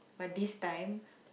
but this time